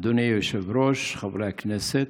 אדוני היושב-ראש, חברי הכנסת,